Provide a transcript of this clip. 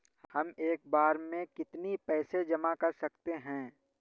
हम एक बार में कितनी पैसे जमा कर सकते हैं?